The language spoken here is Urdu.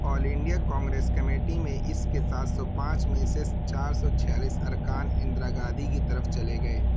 آل انڈیا کانگریس کمیٹی میں اس کے سات سو پانچ میں سے چار سو چھیالیس ارکان اندرا گاندھی کی طرف چلے گئے